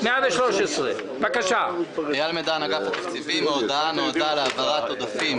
30-014. ההודעה נועדה להעברת עודפים